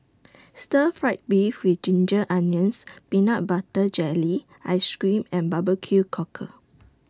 Stir Fried Beef with Ginger Onions Peanut Butter Jelly Ice Cream and Barbecue Cockle